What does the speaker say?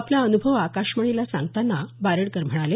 आपला अनुभव आकाशवाणीला सांगताना बारडकर म्हणाले